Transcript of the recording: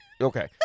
Okay